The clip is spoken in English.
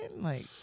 Like-